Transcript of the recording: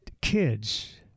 kids